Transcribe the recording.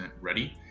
ready